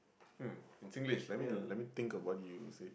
hmm in Singlish let me let me think of what you would say